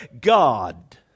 God